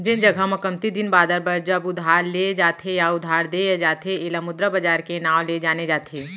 जेन जघा म कमती दिन बादर बर जब उधार ले जाथे या उधार देय जाथे ऐला मुद्रा बजार के नांव ले जाने जाथे